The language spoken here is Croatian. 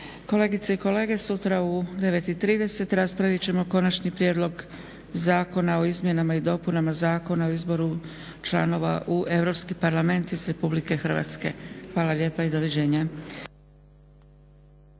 Kolegice i kolege sutra u 9,30 raspravit ćemo Konačni prijedlog Zakona o izmjenama i dopunama Zakona o izboru članova u Europski parlament iz RH. Hvala lijepa i Doviđenja!